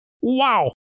Wow